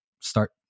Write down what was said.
start